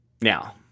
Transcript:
Now